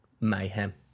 mayhem